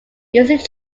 usually